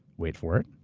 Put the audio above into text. wait for it.